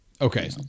Okay